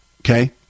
Okay